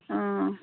অঁ